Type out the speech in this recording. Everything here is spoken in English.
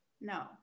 no